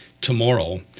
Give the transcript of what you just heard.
tomorrow